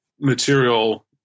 material